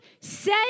say